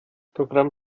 programm